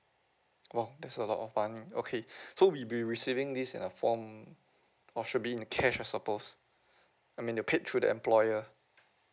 !wow! that's a lot of money okay so we'll be receiving this uh form or should be in cash I suppose I mean they paid through the employer